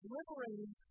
liberating